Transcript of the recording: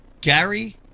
Gary